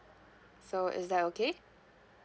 so is that okay